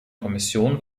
kommission